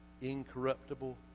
incorruptible